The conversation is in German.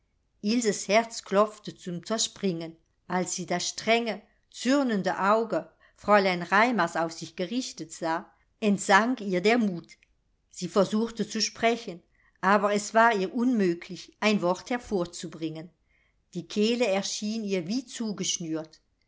ilses herz klopfte zum zerspringen als sie das strenge zürnende auge fräulein raimars auf sich gerichtet sah entsank ihr der mut sie versuchte zu sprechen aber es war ihr unmöglich ein wort hervorzubringen die kehle erschien ihr wie zugeschnürt